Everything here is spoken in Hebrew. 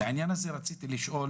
לענין הזה רציתי לשאול